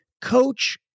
coach